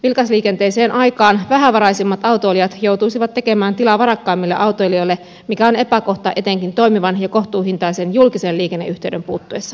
vilkasliikenteiseen aikaan vähävaraisimmat autoilijat joutuisivat tekemään tilaa varakkaammille autoilijoille mikä on epäkohta etenkin toimivan ja kohtuuhintaisen julkisen liikenneyhteyden puuttuessa